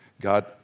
God